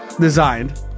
designed